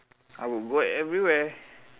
I would go everywhere